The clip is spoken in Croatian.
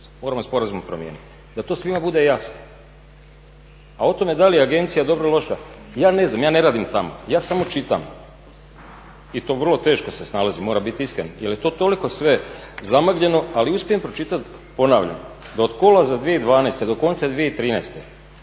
Moramo sporazum promijeniti, da to svima bude jasno. A o tome da li je agencija dobra ili loša, ja ne znam, ja ne radim tamo. Ja samo čitam i to vrlo teško se snalazim, moram biti iskren. Jer je to toliko sve zamagljeno, ali uspijem pročitati ponavljam da od kolovoza 2012. do konca 2013.